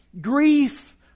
grief